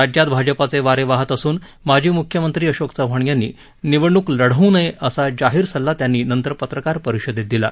राज्यात भाजपाचे वारे वाहत असून माजी मुख्यमंत्री अशोक चव्हाण यांनी निवडणूक लढवू नये असा जाहीर सल्ला त्यांनी नंतर पत्रकार परिषदेत दिला